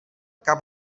que